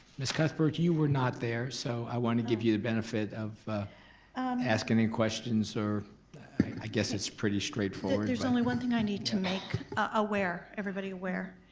ms. cuthbert you were not there, so i wanna give you the benefit of asking any questions or i guess it's pretty straightforward. there's only one thing i need to make aware, everybody aware.